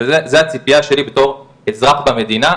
וזה הציפייה שלי, בתור אזרח במדינה.